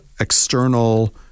external